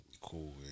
Cool